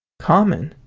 common?